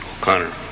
O'Connor